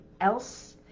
else